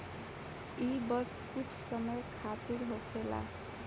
ई बस कुछ समय खातिर होखेला